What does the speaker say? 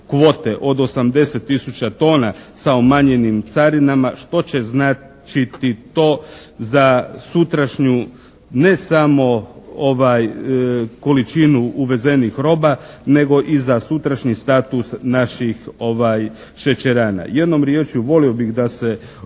od 80 tisuća tona sa umanjenim carinama što će značiti to za sutrašnju ne samo količinu uvezenih roba, nego i za sutrašnji status naših šećerana. Jednom riječju volio bih da se